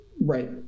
right